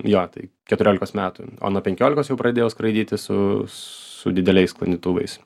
jo tai keturiolikos metų o nuo penkiolikos jau pradėjau skraidyti su su dideliais sklandytuvais